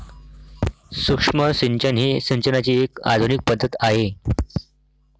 सूक्ष्म सिंचन ही सिंचनाची एक आधुनिक पद्धत आहे